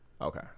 Okay